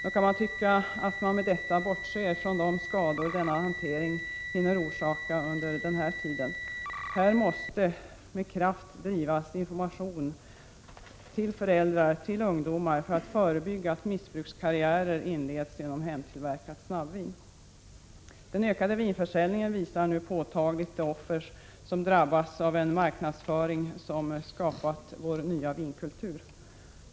I och med denna hantering bortser man från de skador som snabbvinstillverkningen hinner orsaka under tiden. Här måste med kraft ges information till föräldrar och ungdomar för att förebygga att missbrukskarriärer inleds genom hemtillverkat snabbvin. Den ökade vinförsäljningen visar nu påtagligt vilka som blir offer för och som drabbas av den marknadsföring som skapat vår nya vinkultur.